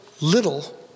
little